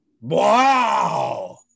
Wow